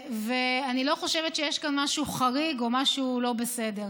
ואני לא חושבת שיש כאן משהו חריג או משהו לא בסדר.